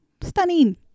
stunning